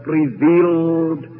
revealed